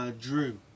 Drew